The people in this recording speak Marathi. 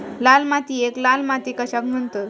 लाल मातीयेक लाल माती कशाक म्हणतत?